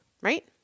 right